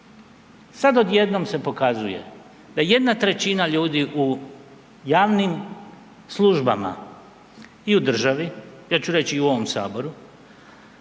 Sad odjednom se pokazuje da jedna trećina ljudi u javnim službama i u državi, ja ću reći i u ovom Saboru